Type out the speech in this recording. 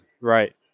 Right